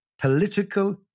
political